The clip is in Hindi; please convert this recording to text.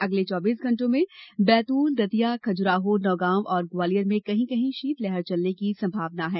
अगले चौबीस घंटों में बैतूल दतिया खजुराहो नौगांव और ग्वालियर में कहीं कहीं शीतलहर चलने की संभावना है